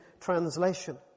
translation